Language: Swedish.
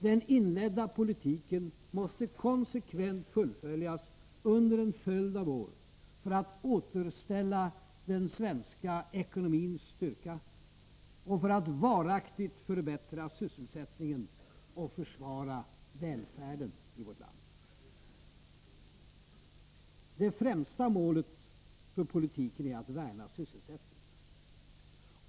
Den inledda politiken måste konsekvent fullföljas under en följd av år för att återställa den svenska ekonomins styrka och för att varaktigt förbättra sysselsättningen och försvara välfärden i vårt land. Det främsta målet för politiken är att värna sysselsättningen.